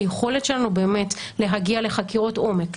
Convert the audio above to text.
היכולת שלנו להגיע לחקירות עומק,